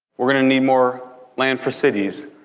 we're going to need more lands for cities,